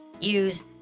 use